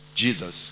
Jesus